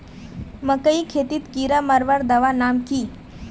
मकई खेतीत कीड़ा मारवार दवा नाम की?